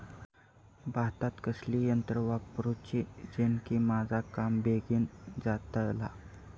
भातात कसली यांत्रा वापरुची जेनेकी माझा काम बेगीन जातला?